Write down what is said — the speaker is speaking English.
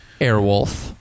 Airwolf